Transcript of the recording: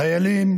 החיילים